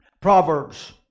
Proverbs